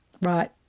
right